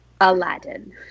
Aladdin